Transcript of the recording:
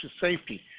safety